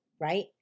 right